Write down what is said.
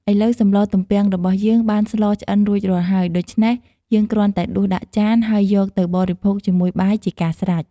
ឥឡូវសម្លទំពាំងរបស់យើងបានស្លឆ្អិនរួចរាល់ហើយ ដូច្នេះ យើងគ្រាន់តែដួសដាក់ចាន ហើយយកទៅបរិភោគជាមួយបាយ ជាការស្រេច។